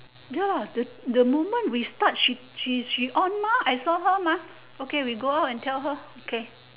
ya the the moment she start she she on mah I saw her mah okay we go out and tell her okay